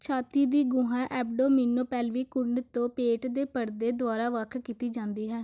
ਛਾਤੀ ਦੀ ਗੁਹਾ ਐਬਡੋਮੀਨੋਪੈਲਵੀ ਕੁੰਡ ਤੋਂ ਪੇਟ ਦੇ ਪਰਦੇ ਦੁਆਰਾ ਵੱਖ ਕੀਤੀ ਜਾਂਦੀ ਹੈ